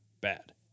bad